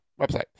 website